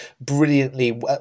brilliantly